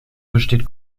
besteht